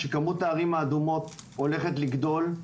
כשכמות הערים האדומות הולכת לגדול,